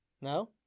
No